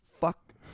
Fuck